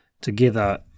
together